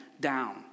down